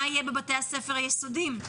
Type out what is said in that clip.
מה יהיה בבתי הספר היסודיים?